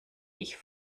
ich